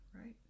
right